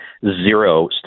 zero